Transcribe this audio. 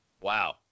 wow